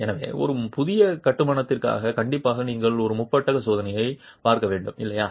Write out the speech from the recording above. எனவே ஒரு புதிய கட்டுமானத்திற்காக கண்டிப்பாக நீங்கள் ஒரு முப்பட்டக சோதனையைப் பார்க்க வேண்டும் இல்லையா